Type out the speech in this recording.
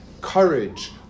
courage